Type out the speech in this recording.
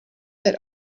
that